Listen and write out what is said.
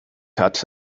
hat